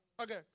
Okay